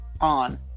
on